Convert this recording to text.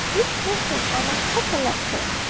which made him almost cataleptic.